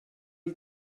die